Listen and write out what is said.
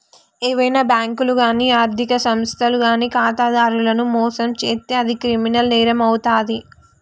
ఏవైనా బ్యేంకులు గానీ ఆర్ధిక సంస్థలు గానీ ఖాతాదారులను మోసం చేత్తే అది క్రిమినల్ నేరమవుతాది